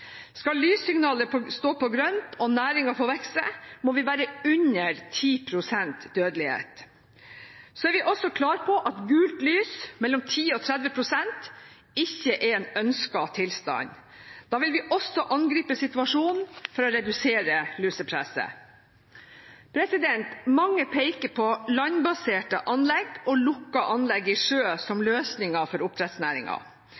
Skal lyssignalet stå på grønt og næringen få vokse, må det være under 10 pst. dødelighet. Så er vi også klare på at gult lys, mellom 10 og 30 pst., ikke er en ønsket tilstand. Da vil vi også angripe situasjonen for å redusere lusepresset. Mange peker på landbaserte anlegg og lukkede anlegg i sjø som løsninger for